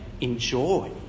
enjoy